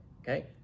okay